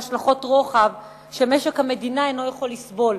השלכות רוחב שמשק המדינה אינו יכול לסבול,